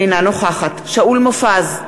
אינה נוכחת שאול מופז,